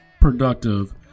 productive